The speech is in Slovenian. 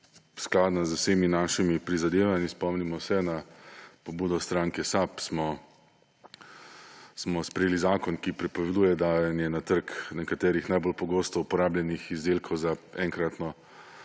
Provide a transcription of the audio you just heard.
skladna z vsemi našimi prizadevanji. Spomnimo se, na pobudo stranke SAB, smo sprejeli zakon, ki prepoveduje dajanje na trg nekaterih najbolj pogosto uporabljenih izdelkov za enkratno